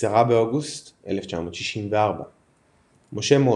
10 באוגוסט 1964 משה מוסק,